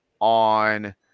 on